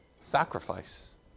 Sacrifice